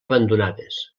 abandonades